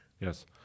Yes